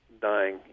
dying